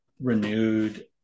renewed